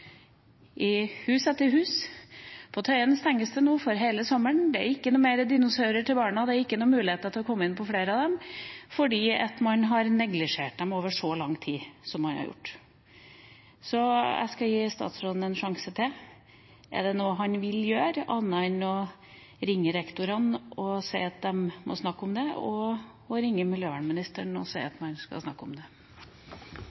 i hus etter hus. På Tøyen stenges det nå for hele sommeren. Det er ikke dinosaurer til barna, det er ingen mulighet til å komme inn på flere av museene, fordi man har neglisjert dem over så lang tid som man har gjort. Jeg skal gi statsråden en sjanse til: Er det noe han vil gjøre annet enn å ringe rektor og si at de må snakke om det, og ringe miljøvernministeren og si at man skal snakke om det?